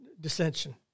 dissension